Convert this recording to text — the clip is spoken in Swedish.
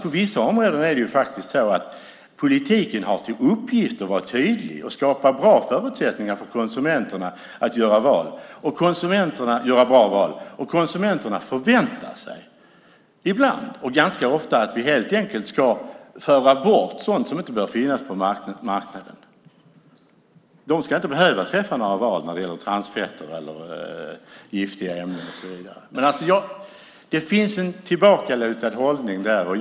På vissa områden har politiken till uppgift att vara tydlig och skapa bra förutsättningar för konsumenterna att göra val. Konsumenterna förväntar sig ofta att vi ska föra bort sådant som inte bör finnas på marknaden. De ska inte behöva träffa några val när det gäller transfetter eller giftiga ämnen. Det finns en tillbakalutad hållning.